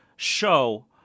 Show